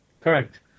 Correct